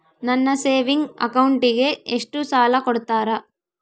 ನನ್ನ ಸೇವಿಂಗ್ ಅಕೌಂಟಿಗೆ ಎಷ್ಟು ಸಾಲ ಕೊಡ್ತಾರ?